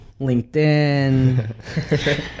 LinkedIn